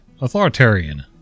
authoritarian